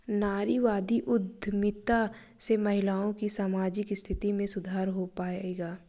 नारीवादी उद्यमिता से महिलाओं की सामाजिक स्थिति में सुधार हो पाएगा?